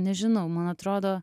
nežinau man atrodo